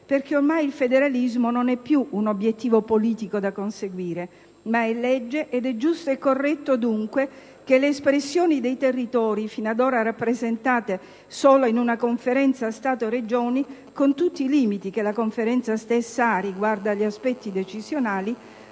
perché ormai il federalismo non è più un obiettivo politico da conseguire, ma è legge ed è dunque giusto e corretto che le espressioni dei territori, fino ad ora rappresentate solo nella Conferenza Stato-Regioni, con tutti i limiti che la stessa ha rispetto agli aspetti decisionali,